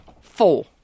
four